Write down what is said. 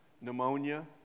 Pneumonia